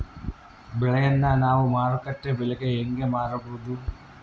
ಬೆಳೆಯನ್ನ ನಾವು ಮಾರುಕಟ್ಟೆ ಬೆಲೆಗೆ ಹೆಂಗೆ ಮಾರಬಹುದು?